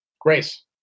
Grace